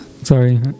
Sorry